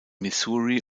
missouri